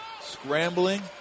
scrambling